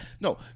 No